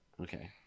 Okay